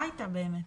מה איתה באמת?